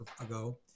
ago